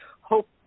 hope